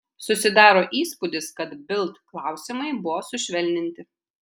susidaro įspūdis kad bild klausimai buvo sušvelninti